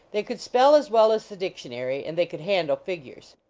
they could spell as well as the dic tionary and they could handle figures.